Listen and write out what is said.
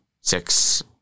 six